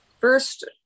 first